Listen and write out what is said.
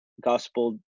gospel